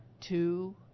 two